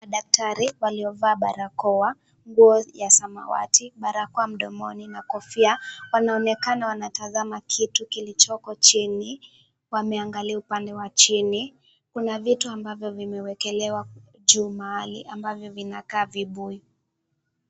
Madaktari waliovaa barakoa, nguo ya samawati, barakoa mdomoni na kofia, wanaonekana wanatazama kitu kilichoko chini, wameangalia upande wa chini. Kuna vitu ambavyo vimewekelewa juu mahali ambavyo vinakaa vibuyu.